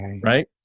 right